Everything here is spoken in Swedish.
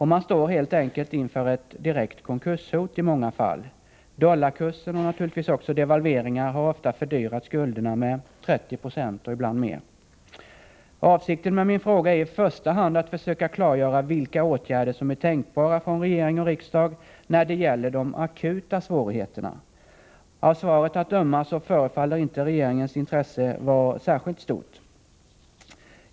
Man står helt enkelt inför ett direkt konkurshot i många fall. Dollarkursen och naturligtvis också devalveringarna har ofta fördyrat skulderna med 30 96 och ibland mer. Avsikten med min fråga är i första hand att försöka klargöra vilka åtgärder som är tänkbara från regering och riksdag när det gäller de akuta svårigheterna. Av svaret att döma förefaller inte regeringens intresse vara särskilt stort.